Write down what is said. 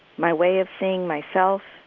my way of seeing myself,